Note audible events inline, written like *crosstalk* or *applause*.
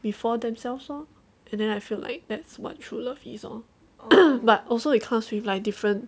before themselves lor and then I feel like that's what true love is loh *noise* but also it comes with like different